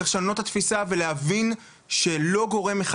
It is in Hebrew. צריך לשנות את התפיסה ולהבין שלא גורם אחד